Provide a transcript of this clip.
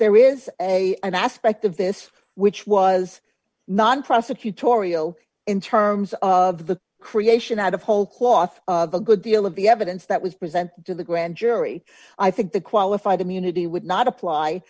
there is an aspect of this which was non prosecutorial in terms of the creation out of whole cloth a good deal of the evidence that was presented to the grand jury i think the qualified immunity would not apply